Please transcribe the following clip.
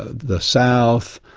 the south,